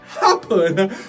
happen